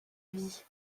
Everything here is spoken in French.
vie